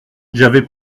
j’avais